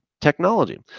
technology